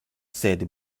sed